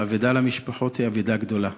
שהאבדה למשפחות היא אבדה גדולה,